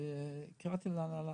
וקראתי להנהלה.